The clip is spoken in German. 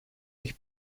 mich